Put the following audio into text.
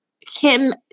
kim